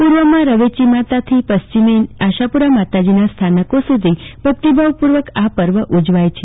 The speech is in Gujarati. પુર્વમાં રવેચી માતાથી પશ્ચિમે આશાપુરા માતાજીના સ્થાનકો સુધી ભક્તિભાવ પુર્વક આ પર્વ ઉજવાય છે